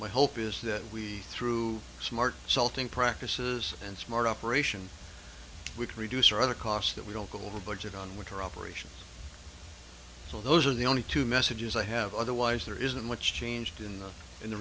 my hope is that we through smart salting practices and smart operation would reduce our other costs that we don't go over budget on with our operations so those are the only two messages i have otherwise there isn't much changed in the in the